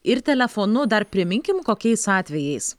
ir telefonu dar priminkim kokiais atvejais